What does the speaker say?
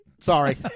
sorry